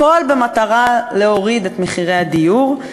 הכול במטרה להוריד את מחירי הדיור.